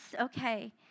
okay